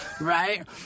right